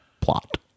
plot